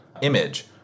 image